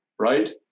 right